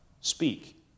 speak